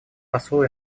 посол